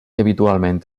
habitualment